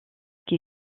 qui